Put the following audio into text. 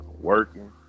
working